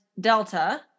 Delta